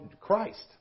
Christ